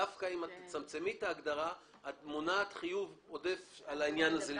דווקא אם תצמצמי את ההגדרה את מונעת חיוב עודף על העניין הזה.